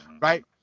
right